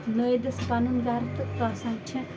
نٲیِدَس پَنُن گَرٕ تہٕ کاسان چھِ